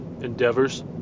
endeavors